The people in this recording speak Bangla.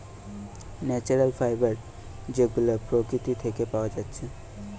ন্যাচারাল ফাইবার যেগুলা প্রকৃতি থিকে পায়া যাচ্ছে